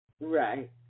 right